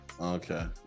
okay